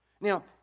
Now